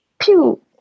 Pew